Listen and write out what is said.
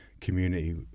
Community